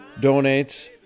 donates